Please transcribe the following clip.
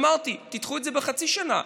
אמרתי: תדחו את זה בחצי שנה,